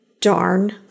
darn